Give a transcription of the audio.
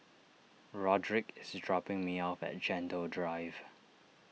Rodrick is dropping me off at Gentle Drive